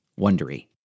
Wondery